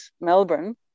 Melbourne